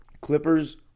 Clippers